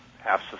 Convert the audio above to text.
half